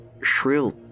shrill